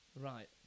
Right